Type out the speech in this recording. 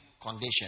condition